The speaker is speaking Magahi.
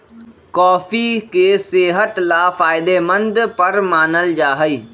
कॉफी के सेहत ला फायदेमंद पर मानल जाहई